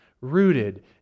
rooted